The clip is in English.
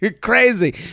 crazy